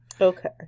Okay